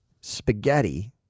spaghetti